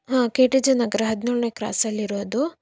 ಹಾಂ K T J Nagar ಹದಿನೇಳನೇ ಕ್ರಾಸಲ್ಲಿ ಇರೋದು